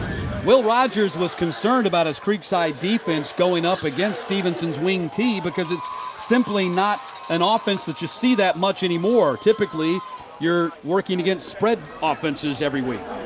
will rogers was concerned about his creekside defense going up against stephenson's wing t because it's not an ah offense that you see that much anymore. typically you're working against spread offenses everyweek.